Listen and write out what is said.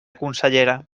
consellera